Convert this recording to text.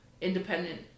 independent